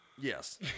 Yes